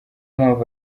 mpamvu